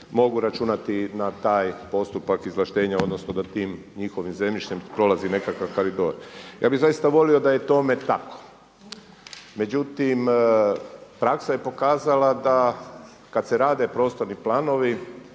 mogu računati na taj postupak izvlaštenja, odnosno da tim njihovim zemljištem prolazi nekakav koridor. Ja bih zaista volio da je tome tako. Međutim, praksa je pokazala da kad se rade prostorni planovi,